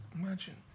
imagine